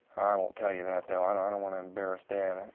i won't tell you that, though. i don't i don't want to embarrassed dad,